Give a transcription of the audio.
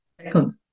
Second